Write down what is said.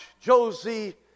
Josie